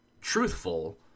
truthful